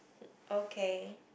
okay